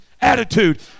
attitude